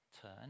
turn